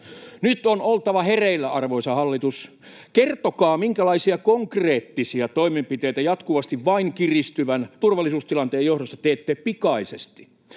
Nyt on oltava hereillä, arvoisa hallitus. Kertokaa, minkälaisia konkreettisia toimenpiteitä jatkuvasti vain kiristyvän turvallisuustilanteen johdosta teette pikaisesti.